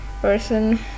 person